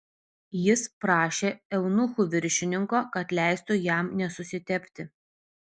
jis prašė eunuchų viršininko kad leistų jam nesusitepti